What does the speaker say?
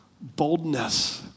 Boldness